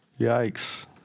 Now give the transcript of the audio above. Yikes